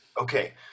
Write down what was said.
Okay